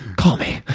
call me.